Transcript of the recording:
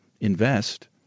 invest